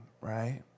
right